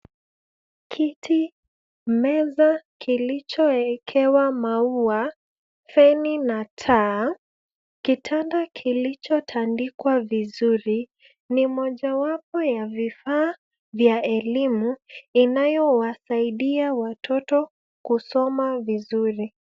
Kiti, meza kilichowekewa mau, feni na taa, kitanda kilichotandikwa vizuri ni mojawapo ya vifaa vya elimu inayowasaidia watoto kusoma vizuri